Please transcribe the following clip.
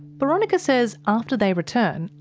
boronika says after they return,